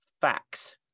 facts